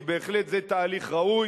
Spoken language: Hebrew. כי בהחלט זה תהליך ראוי.